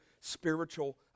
spiritual